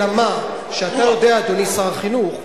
אלא מה, שאתה יודע, אדוני שר החינוך,